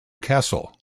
kassel